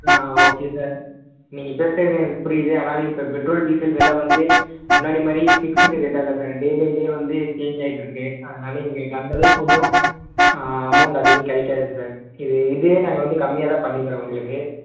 okay sir நீங்கள் கேட்கறது எனக்குப் புரியிது ஆனால் அது இப்போ பெட்ரோல் டீசல் வில வந்து முன்னாடி மாதிரி ஃபிக்ஸுடு ரேட்டா இல்லை சார் டே பை டே வந்து சேஞ்ச் ஆயிட்ருக்கு அதனால் எங்களுக்கு அந்தளவுக்கு ஒன்றும் அமௌண்ட் அதிகம் கிடைக்காது சார் இது இதே நாங்கள் வந்து கம்மியாக தான் பண்ணி தரோம் உங்களுக்கு